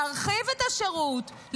להרחיב את השירות,